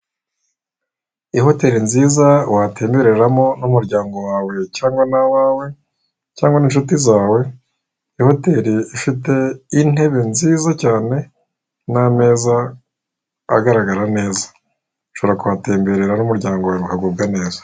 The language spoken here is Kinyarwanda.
Ihoteri nziza watemereramo n'umuryango wawe cyangwa n'abawe cyangwa inshuti zawe iyo hoteri ifite intebe nziza cyane n'ameza agaragara neza ushobora kuhatemberera n'umuryango wawe mukagubwa neza.